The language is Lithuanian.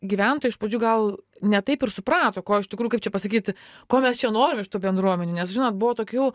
gyventojai iš pradžių gal ne taip ir suprato ko iš tikrų kaip čia pasakyti ko mes čia norim iš tų bendruomenių nes žinot buvo tokių